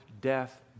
death